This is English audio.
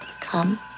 come